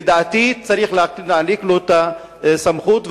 לדעתי צריך להעניק לו את הסמכות.